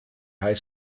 high